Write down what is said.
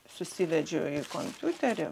susivedžiau į kompiuterį